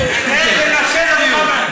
כדי לנשל אותך,